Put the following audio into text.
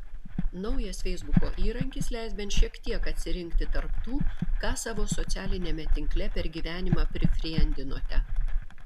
naujas feisbuko įrankis leis bent šiek tiek atsirinkti tarp tų ką savo socialiniame tinkle per gyvenimą prifriendinote